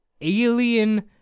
alien